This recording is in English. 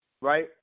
right